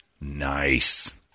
Nice